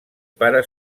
pare